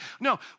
No